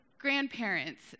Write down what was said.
grandparents